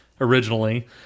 originally